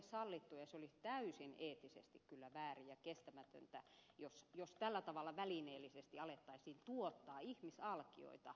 se olisi täysin eettisesti kyllä väärin ja kestämätöntä jos tällä tavalla välineellisesti alettaisiin tuottaa ihmisalkioita tutkimustarkoituksiin